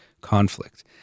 conflict